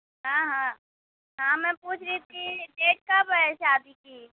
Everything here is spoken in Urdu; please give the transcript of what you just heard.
ہاں ہاں ہاں میں پوچھ رہی تھی ڈیٹ کب ہے شادی کی